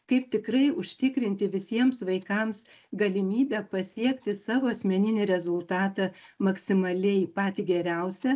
kaip tikrai užtikrinti visiems vaikams galimybę pasiekti savo asmeninį rezultatą maksimaliai patį geriausią